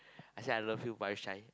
I say I love you but I shy